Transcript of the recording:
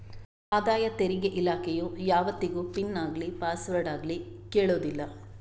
ಆದಾಯ ತೆರಿಗೆ ಇಲಾಖೆಯು ಯಾವತ್ತಿಗೂ ಪಿನ್ ಆಗ್ಲಿ ಪಾಸ್ವರ್ಡ್ ಆಗ್ಲಿ ಕೇಳುದಿಲ್ಲ